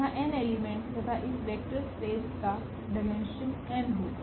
यहाँ n element है तथा इस वेक्टर स्पेस का डायमेंशन n होगा